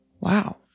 Wow